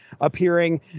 appearing